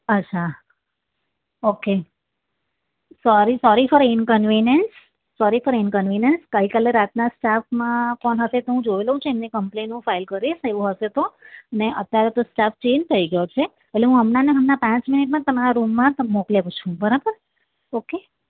અચ્છા okay sorry sorry for inconvenience sorry for inconvenience ગઈકાલે રાતના સ્ટાફમાં કોણ હશે એ તો હું જોઈ લઉં છું એમની ક્મ્પ્લેઇન્ટ હું ફાઈલ કરીશ એવું હશે તો ને અત્યારે તો સ્ટાફ ચેન્જ થઈ ગયો છે એટલે હું હમણાંને હમણાં પાંચ મિનિટમાં જ તમારા રુમમાં મોકલી આપું છું બરાબર ઓકે